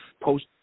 post